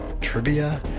trivia